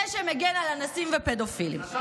זה שמגן על אנסים ופדופילים.